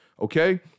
okay